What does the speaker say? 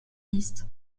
listes